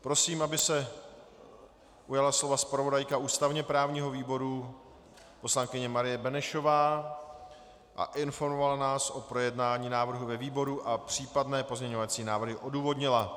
Prosím, aby se ujala slova zpravodajka ústavněprávního výboru poslankyně Marie Benešová a informovala nás o projednání návrhu ve výboru a případné pozměňovací návrhy odůvodnila.